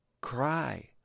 cry